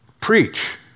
Preach